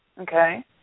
Okay